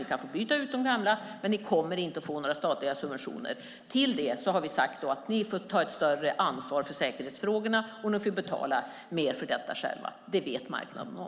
Ni kan få byta ut de gamla, men ni kommer inte att få några statliga subventioner. Till det har vi sagt: Ni får ta ett större ansvar för säkerhetsfrågorna, och ni får betala mer för detta själva. Det vet marknaden om.